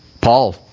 Paul